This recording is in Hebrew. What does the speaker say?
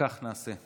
וכך נעשה.